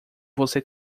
você